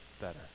better